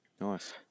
Nice